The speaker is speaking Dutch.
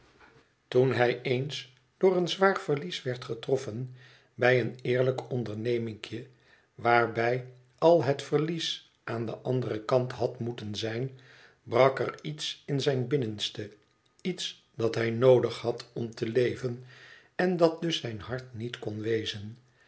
toen hij eens door een zwaar verlies werd getroffen bij een eerlijk onderneming e waarbij al het verlies aan den anderen kant had moeten zijn brak er iets in zijn binnenste iets dat hij noodig had om te leven en dat dus zijn hart niet kon wezen